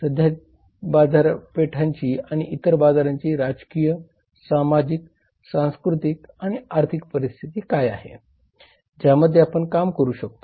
सध्याच्या बाजारपेठांची आणि इतर बाजारांची राजकीय सामाजिक सांस्कृतिक आणि आर्थिक परिस्थिती काय आहे ज्यामध्ये आपण काम करू शकतो